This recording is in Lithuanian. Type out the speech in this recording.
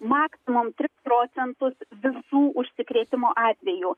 maksimumtris procentus visų užsikrėtimo atvejų